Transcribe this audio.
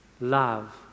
love